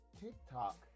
TikTok